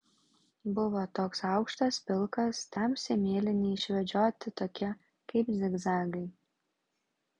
buvo toks aukštas pilkas tamsiai mėlyni išvedžioti tokie kaip zigzagai